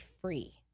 free